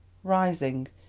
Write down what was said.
rising,